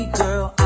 girl